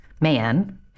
man